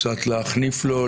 קצת להחניף לו,